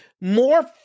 more